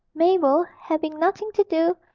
mabel, having nothing to do,